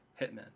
hitmen